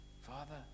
Father